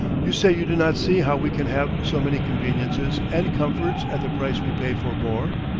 you say you do not see how we can have so many conveniences and comforts at the price we pay for board.